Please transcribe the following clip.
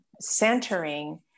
centering